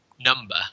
number